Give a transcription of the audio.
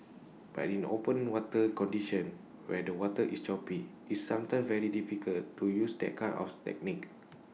but in open water conditions where the water is choppy it's sometimes very difficult to use that kind of technique